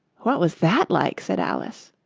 what was that like said alice.